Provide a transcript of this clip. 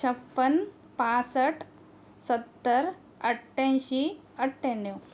छप्पन्न पासष्ट सत्तर अठ्ठ्याऐंशी अठ्ठयाण्णव